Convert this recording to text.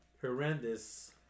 horrendous